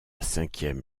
cinquième